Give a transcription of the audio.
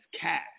cash